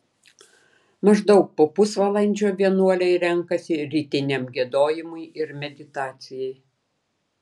maždaug po pusvalandžio vienuoliai renkasi rytiniam giedojimui ir meditacijai